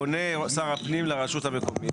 פונה שר הפנים לרשות המקומית.